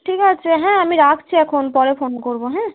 ঠিক আছে হ্যাঁ আমি রাখছি এখন পরে ফোন করব হ্যাঁ